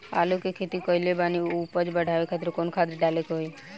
आलू के खेती कइले बानी उपज बढ़ावे खातिर कवन खाद डाले के होई?